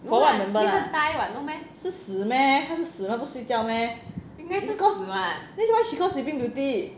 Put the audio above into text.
是死 meh 她是死她不是睡觉 meh then 为什么 she's called sleeping beauty